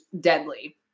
deadly